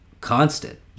constant